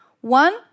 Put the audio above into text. One